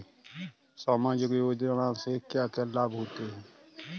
सामाजिक योजना से क्या क्या लाभ होते हैं?